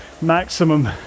maximum